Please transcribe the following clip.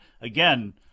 again